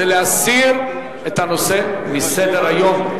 להסיר את הנושא מסדר-היום.